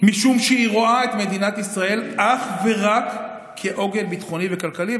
משום שרואים את מדינת ישראל אך ורק כעוגן ביטחוני וכלכלי.